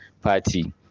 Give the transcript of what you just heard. party